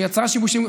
שיצרה שיבושים,